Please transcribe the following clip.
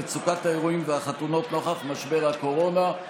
מצוקת האירועים והחתונות נוכח משבר הקורונה,